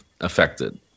affected